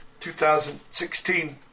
2016